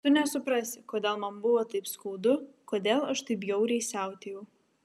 tu nesuprasi kodėl man buvo taip skaudu kodėl aš taip bjauriai siautėjau